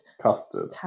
Custard